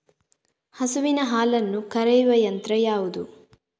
ಹಸುವಿನ ಹಾಲನ್ನು ಕರೆಯುವ ಯಂತ್ರ ಯಾವುದು?